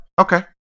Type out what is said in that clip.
Okay